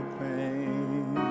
pain